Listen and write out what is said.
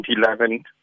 2011